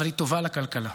אבל היא טובה לכלכלה,